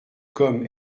comme